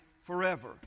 forever